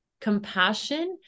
compassion